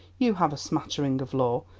you have a smattering of law,